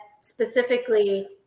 specifically